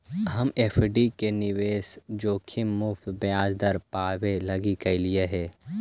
हम एफ.डी में निवेश जोखिम मुक्त ब्याज दर पाबे लागी कयलीअई हल